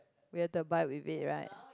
we've to abide with it right